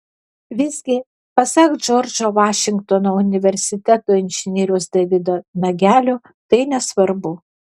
visgi pasak džordžo vašingtono universiteto inžinieriaus davido nagelio tai nesvarbu